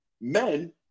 men